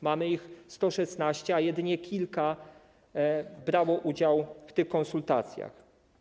Mamy ich 116, a jedynie kilka brało udział w tych konsultacjach.